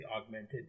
augmented